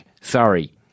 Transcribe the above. Sorry